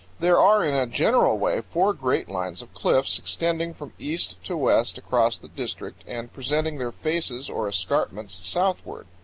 there are in a general way four great lines of cliffs extending from east to west across the district and presenting their faces, or escarpments, southward.